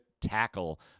tackle